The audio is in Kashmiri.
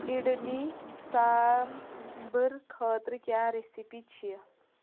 اِڈلی سامبر خٲطرٕ کیاہ رِیسِپی چِھ